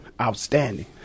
outstanding